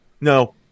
no